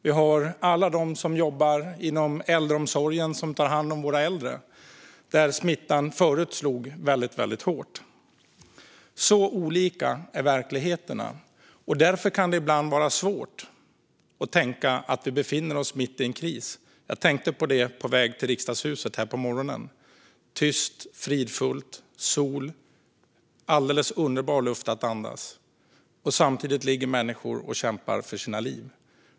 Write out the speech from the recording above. Vi har också alla de som tar hand om våra äldre inom äldreomsorgen där smittan förut slog väldigt hårt. Så olika är verkligheterna, och därför kan det ibland vara svårt att tänka att vi befinner oss mitt i en kris. Jag tänkte på det på väg till Riksdagshuset här på morgonen. Det var tyst, fridfullt, soligt och en alldeles underbar luft att andas. Samtidigt ligger människor och kämpar för sina liv.